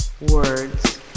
Words